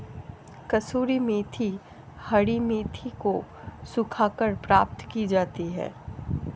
कसूरी मेथी हरी मेथी को सुखाकर प्राप्त की जाती है